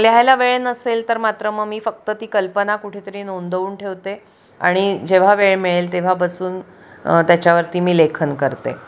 लिहायला वेळ नसेल तर मात्र मग मी फक्त ती कल्पना कुठेतरी नोंदवून ठेवते आणि जेव्हा वेळ मिळेल तेव्हा बसून त्याच्यावरती मी लेखन करते